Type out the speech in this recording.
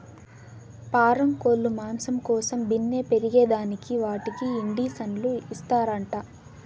పారం కోల్లు మాంసం కోసం బిన్నే పెరగేదానికి వాటికి ఇండీసన్లు ఇస్తారంట